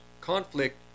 conflict